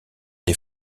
des